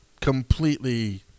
completely